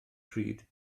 pryd